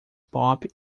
pop